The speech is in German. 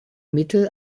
mittel